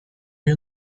you